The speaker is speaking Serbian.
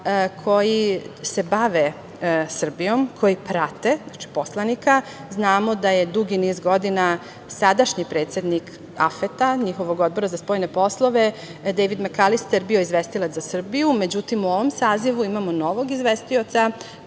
koje se bave Srbijom, koji prate. Znamo da je dugi niz godina sadašnji predsednik Afeta, njihovog Odbora za spoljne poslove Dejvid Mekalister bio izvestilac za Srbiju, međutim u ovom sazivu imamo novog izvestioca